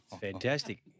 Fantastic